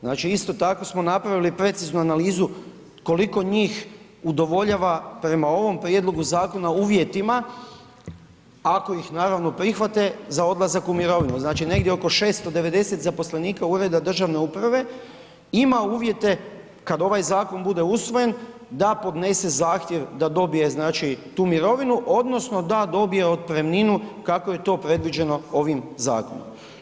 Znači isto tako smo napravili preciznu analizu koliko njih udovoljava prema ovom prijedlogu zakona uvjetima, ako ih naravno prihvate, za odlazak u mirovinu, znači negdje oko 690 zaposlenika ureda državne uprave ima uvjete, kad ovaj zakon bude usvojen, da podnese zahtjev da dobije znači tu mirovinu, odnosno da dobije otpremninu kako je to predviđeno ovim zakonom.